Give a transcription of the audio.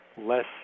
less